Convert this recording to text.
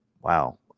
Wow